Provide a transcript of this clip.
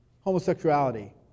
homosexuality